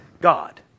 God